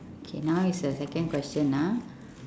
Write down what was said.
okay now is the second question ah